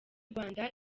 rwanda